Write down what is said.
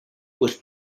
was